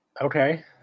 Okay